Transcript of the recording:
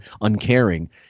uncaring